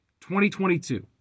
2022